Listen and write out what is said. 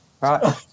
Right